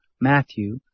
Matthew